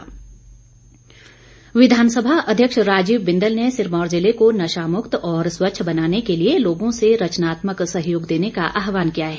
बिंदल विधानसभा अध्यक्ष राजीव बिंदल ने सिरमौर जिले को नशामुक्त और स्वच्छ बनाने के लिए लोगों से रचनात्मक सहयोग देने का आहवान किया है